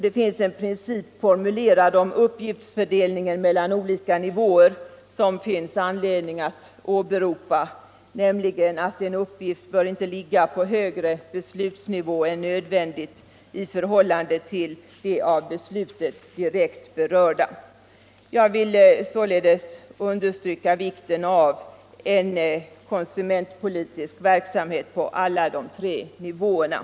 Det finns en princip formulerad om uppgiftsfördelningen mellan olika nivåer som jag har anledning att åberopa, nämligen att en uppgift ej bör ligga på högre beslutsnivå än nödvändigt i förhållande till de av beslutet direkt berörda. Jag vill således understryka vikten av en konsumentpolitisk verksamhet på alla tre nivåerna.